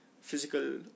physical